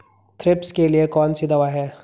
Thrips के लिए कौन सी दवा है?